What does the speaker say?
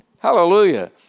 Hallelujah